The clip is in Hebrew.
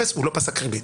אפס, הוא לא פסק ריבית.